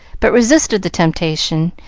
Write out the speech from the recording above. but resisted the temptation,